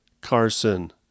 Carson